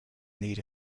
need